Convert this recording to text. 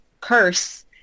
curse